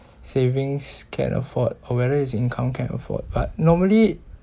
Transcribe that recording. savings can afford or whether his income can afford but normally